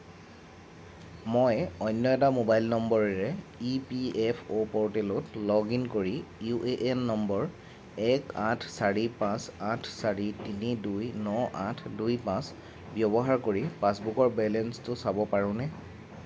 মই অন্য এটা মোবাইল নম্বৰেৰে ই পি এফ অ' প'ৰ্টেলত লগ ইন কৰি ইউ এ এন নম্বৰ এক আঠ চাৰি পাঁচ আঠ চাৰি তিনি দুই ন আঠ দুই পাঁচ ব্যৱহাৰ কৰি পাছবুকৰ বেলেঞ্চটো চাব পাৰোঁনে